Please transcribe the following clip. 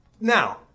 Now